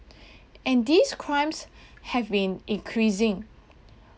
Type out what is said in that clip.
and these crimes have been increasing